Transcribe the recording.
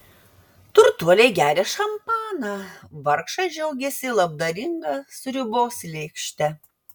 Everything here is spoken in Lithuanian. turtuoliai geria šampaną vargšai džiaugiasi labdaringa sriubos lėkšte